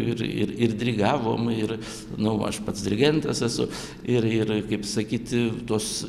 ir ir ir dirigavom ir nu aš pats dirigentas esu ir ir kaip sakyt tos